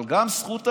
אבל גם זכות ההפגנה,